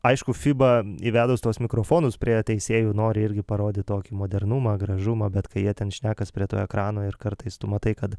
aišku fiba įvedus tuos mikrofonus prie teisėjų nori irgi parodyt tokį modernumą gražumą bet kai jie ten šnekas prie to ekrano ir kartais tu matai kad